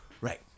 Right